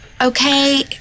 Okay